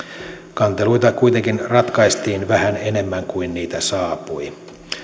kanteluita kuitenkin ratkaistiin vähän enemmän kuin niitä saapui